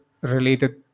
related